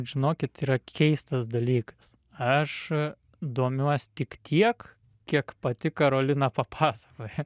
žinokit yra keistas dalykas aš domiuos tik tiek kiek pati karolina papasakoja